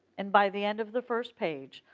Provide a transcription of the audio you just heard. and by the end of the first page,